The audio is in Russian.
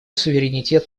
суверенитет